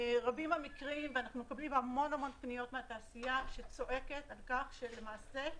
רבים המקרים ואנחנו מקבלים המון פניות מהתעשייה שצועקת על כך שלמעשה,